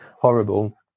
horrible